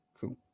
Cool